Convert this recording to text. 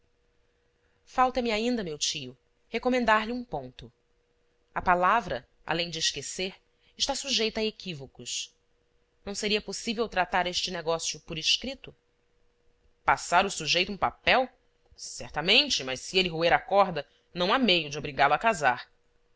futuro falta-me ainda meu tio recomendar lhe um ponto a palavra além de esquecer está sujeita a equívocos não seria possível tratar este negócio por escrito passar o sujeito um papel certamente mas se ele roer a corda não há meio de obrigá lo a casar